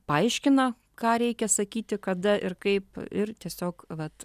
paaiškina ką reikia sakyti kada ir kaip ir tiesiog vat